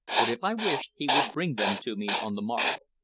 but if i wished he would bring them to me on the morrow.